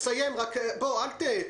תסיים אבל אל תמרח